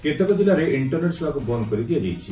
କେତେକ କିଲ୍ଲାରେ ଇଷ୍ଟର୍ନେଟ୍ ସେବାକୁ ବନ୍ଦ୍ କରିଦିଆଯାଇଛି